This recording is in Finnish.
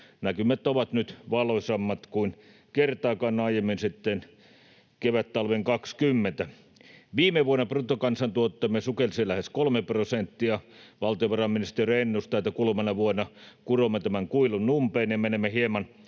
Näkymät ovat nyt valoisammat kuin kertaakaan aiemmin sitten kevättalven 2020. Viime vuonna bruttokansantuotteemme sukelsi lähes 3 prosenttia. Valtiovarainministeriö ennustaa, että kuluvana vuonna kuromme tämän kuilun umpeen ja menemme hieman